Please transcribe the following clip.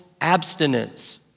abstinence